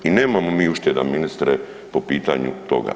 I nemamo mi ušteda, ministre, po pitanju toga.